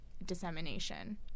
dissemination